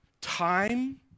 Time